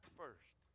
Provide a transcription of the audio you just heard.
first